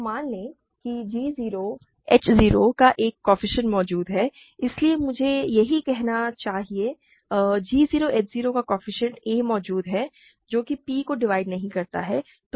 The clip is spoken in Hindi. तो मान लें कि g 0 h 0 का एक कोएफ़िशिएंट मौजूद है इसलिए मुझे यही कहना चाहिए g 0 h 0 का कोएफ़िशिएंट a मौजूद है जो कि p को डिवाइड नहीं करता है